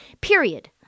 period